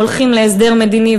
הולכים להסדר מדיני,